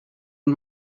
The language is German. und